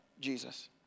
Jesus